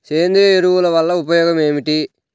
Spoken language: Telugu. సేంద్రీయ ఎరువుల వల్ల ఉపయోగమేమిటీ?